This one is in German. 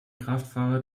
kraftfahrer